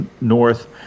north